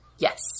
Yes